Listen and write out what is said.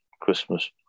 Christmas